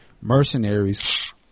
mercenaries